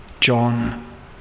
John